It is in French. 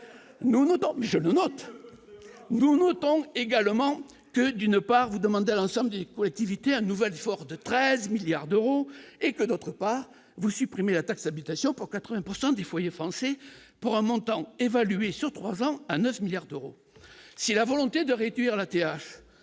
non mais je note nous notons également que d'une part vous demande à l'ensemble des collectivités à nouvelle, fort de 13 milliards d'euros et que notre pas vous supprimez la taxe d'habitation pour 80 pourcent des des foyers français pour un montant évalué sur 3 ans à 9 milliards d'euros si la volonté de réduire la